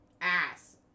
ass